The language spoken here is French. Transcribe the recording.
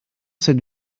cette